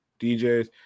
DJs